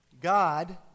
God